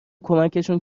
کمکشون